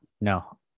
no